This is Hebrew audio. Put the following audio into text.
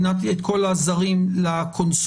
אל תשלחו את כל הזרים לקונסוליות,